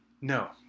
No